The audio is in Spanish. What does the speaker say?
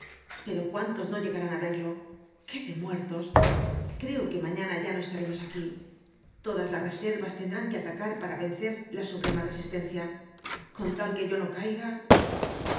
pero cuántos no llegarán á verlo qué de muertos creo que mañaña ya no estaremos aquí todas las reservas tendrán que atacar para vencer la suprema resistencia con tal que yo no caiga